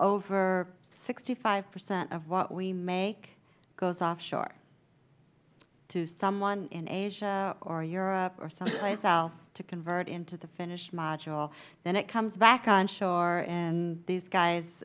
over sixty five percent of what we make goes offshore to someone in asia or europe or someplace else to convert into the finished module then it comes back onshore and these guys